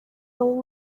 soul